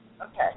Okay